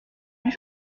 puis